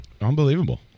Unbelievable